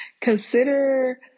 Consider